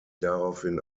daraufhin